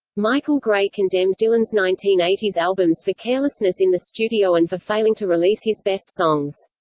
michael gray condemned dylan's nineteen eighty s albums for carelessness in the studio and for failing to release his best songs.